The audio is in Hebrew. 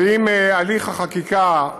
ואם הליך החקיקה,